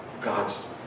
God's